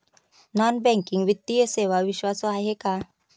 Non banking वित्तीय सेवा विश्वासू आहेत का?